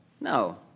No